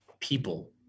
people